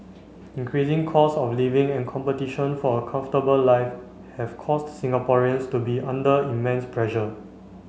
increasing costs of living and competition for a comfortable life have caused Singaporeans to be under immense pressure